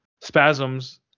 spasms